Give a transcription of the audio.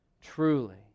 truly